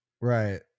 Right